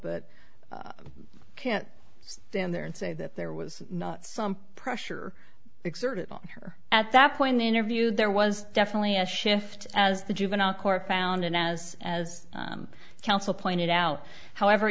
but i can't stand there and say that there was not some pressure exerted on her at that point the interview there was definitely a shift as the juvenile court found and as as counsel pointed out however